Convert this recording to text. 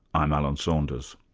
i'm alan saunders.